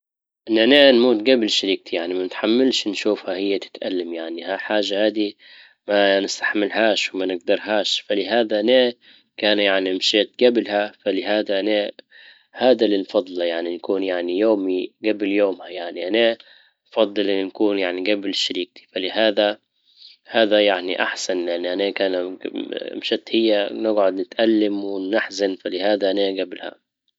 ان انا نموت جبل شريكتى يعني ما نتحملش نشوفها هي تتألم. يعني ها حاجة هادي ما نستحملهاش وما نجدرهاش. فلهذا انا كان يعني مشيت جبلها فلهذا انا- هذا للفضل. يعني نكون يعني يومي قبل يومها، يعني انا افضل نكون يعني جبل شريكتى. فلهذا هذا يعني احسن يعني كان مشت هي نقعد نتألم ونحزن فلهذا نيجي قبلها